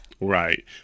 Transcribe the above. Right